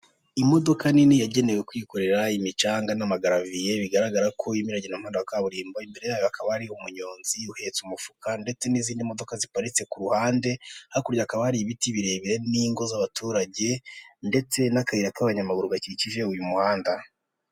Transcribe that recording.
Imodika nini yagenewe kwikorera imicanga n'amagaraviye, bigaragara ko irimo iragenda mu muhanda wa kaburimbo, imbere yayo hakaba hari umunyonzi uhetse umufuka, ndetse n'izindi modoka ziparitse ku ruhande, hakurya hakaba hari ibiti birebire ndetse n'ingo z'abaturage, ndetse n'akayira k'abanyamaguru gakikije uyu muhanda.